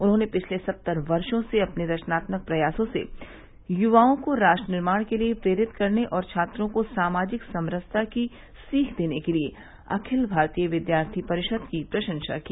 उन्होंने पिछले सत्तर वर्षो से अपने रचनालक प्रयासों से युवाओं को राष्ट्र निर्माण के लिए प्रेरित करने और छात्रों को सामाजिक समरसता की सीख देने के लिए अखिल भारतीय विद्यार्थी परिषद की प्रशंसा की